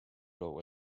low